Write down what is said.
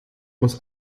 muss